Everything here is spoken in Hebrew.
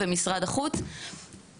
במסגרת הזאת פרסמנו